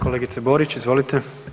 Kolegice Borić, izvolite.